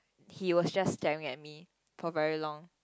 he was just staring at me for very long